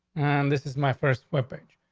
and this is my first flip it.